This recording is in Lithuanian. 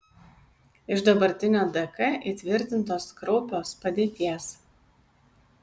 iš dabartinio dk įtvirtintos kraupios padėties